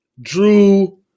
drew